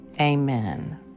Amen